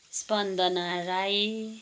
Spandana Rai